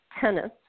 tennis